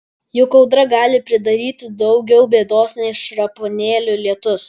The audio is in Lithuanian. juk audra gali pridaryti daugiau bėdos nei šrapnelių lietus